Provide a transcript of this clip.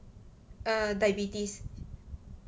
err diabetes